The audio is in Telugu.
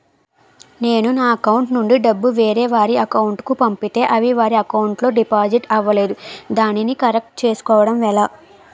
నేను నా అకౌంట్ నుండి డబ్బు వేరే వారి అకౌంట్ కు పంపితే అవి వారి అకౌంట్ లొ డిపాజిట్ అవలేదు దానిని కరెక్ట్ చేసుకోవడం ఎలా?